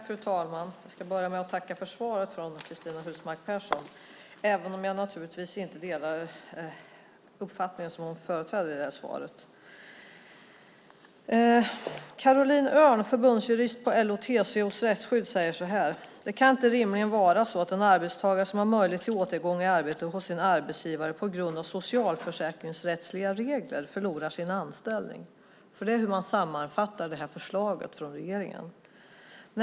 Fru talman! Jag ska börja med att tacka för svaret från Cristina Husmark Pehrsson även om jag naturligtvis inte delar den uppfattning som hon för fram i det här svaret. Carolina Öhrn, förbundsjurist på LO-TCO Rättsskydd, säger så här: Det kan inte rimligen vara så att en arbetstagare som har möjlighet till återgång i arbete hos sin arbetsgivare på grund av socialförsäkringsrättsliga regler förlorar sin anställning. Det är så man sammanfattar det här förslaget från regeringen.